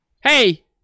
Hey